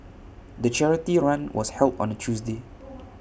the charity run was held on A Tuesday